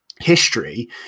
history